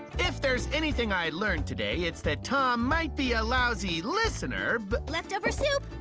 if there's anything i learned today, it's that tom might be a lousy listener but leftover soup.